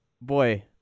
boy